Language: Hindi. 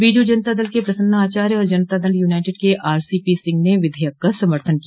बीजू जनता दल के प्रसन्ना आचार्य और जनता दल यूनाइटेड के आर सी पी सिंह ने विधेयक का समर्थन किया